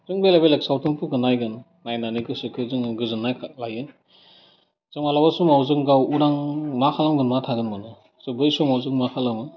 जों बेलेग बेलेग सावथुनफोरखौ नायगोन नायनानै गोसोखौ जोङो गोजोननाय लायो जों मालाबा समाव जों गाव उदां मा खालामगोन मा थागोन माने सह बै समाव जों मा खालामो